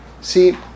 See